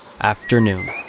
afternoon